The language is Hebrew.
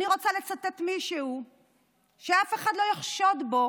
אני רוצה לצטט מישהו שאף אחד לא יחשוד בו